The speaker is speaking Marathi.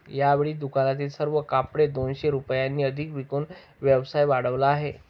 यावेळी दुकानातील सर्व कपडे दोनशे रुपयांनी अधिक विकून व्यवसाय वाढवला आहे